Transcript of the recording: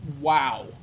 wow